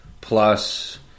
plus